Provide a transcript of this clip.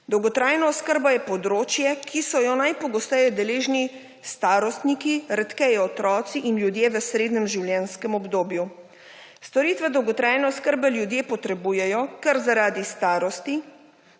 Dolgotrajna oskrba je področje, ki so jo najpogosteje deležni starostniki, redkeje otroci in ljudje v srednjem življenjskem obdobju. Storitve dolgotrajne oskrbe ljudje potrebujejo, ker zaradi starosti,